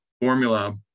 formula